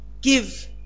give